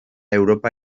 europa